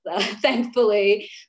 thankfully